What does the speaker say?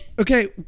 okay